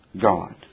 God